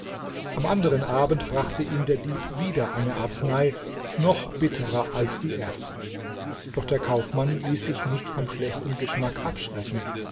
am anderen abend brachte ihm der dieb wieder eine arznei noch bitterer als die erste doch der kaufmann ließ sich nicht vom schlechten geschmack abschrecken